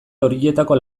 horietako